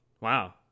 Wow